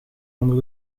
onder